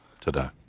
today